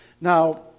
Now